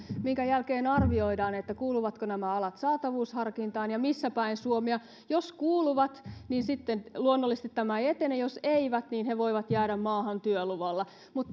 minkä jälkeen arvioidaan kuuluvatko nämä alat saatavuusharkintaan ja missä päin suomea jos kuuluvat niin sitten luonnollisesti tämä ei etene jos eivät niin he voivat jäädä maahan työluvalla mutta